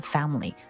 Family